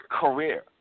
career